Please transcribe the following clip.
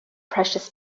precious